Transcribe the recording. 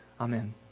amen